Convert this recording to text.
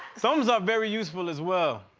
thumbs are very useful as well.